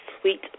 sweet